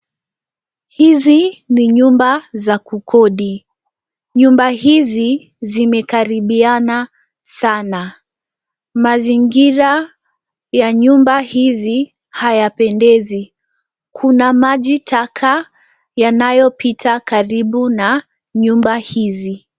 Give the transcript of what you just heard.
Hizi ni nyumba za kukodi. Nyumba hizi zimekaribiana sana. Mazingira ya nyumba hizi hayapendezi. Kuna maji taka yanayopita karibu na nyumba hizi.